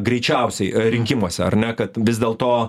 greičiausiai rinkimuose ar ne kad vis dėl to